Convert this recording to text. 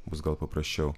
bus gal paprasčiau